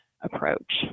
approach